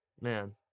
man